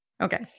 Okay